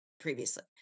previously